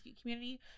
community